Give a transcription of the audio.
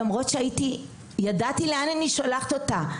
למרות שידעתי לאן אני שולחת אותה.